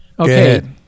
Okay